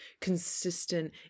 consistent